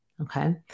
okay